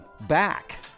back